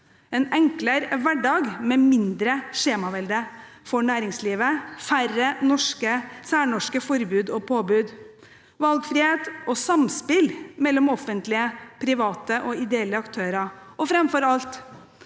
en enklere hverdag med mindre skjemavelde for næringslivet, færre særnorske forbud og påbud, valgfrihet og samspill mellom offentlige, private og ideelle aktører. Og framfor alt: